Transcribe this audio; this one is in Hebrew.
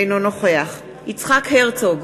אינו נוכח יצחק הרצוג,